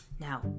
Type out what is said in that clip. now